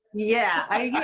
yeah.